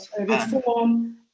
reform